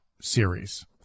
series